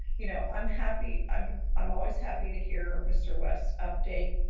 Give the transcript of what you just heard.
you know, i'm happy. i'm i'm always happy to hear mr. west update